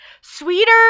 Sweeter